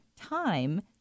time